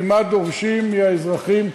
כמעט דורשים מהאזרחים,